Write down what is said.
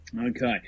Okay